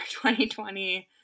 2020